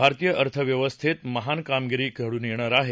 भारतीय अर्थव्यवस्थेत महान कामगिरी घडून येणार आहे